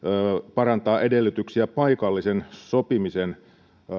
parantaa edellytyksiä paikallisen sopimisen